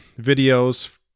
videos